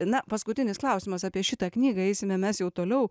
na paskutinis klausimas apie šitą knygą eisime mes jau toliau